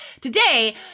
today